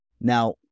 Now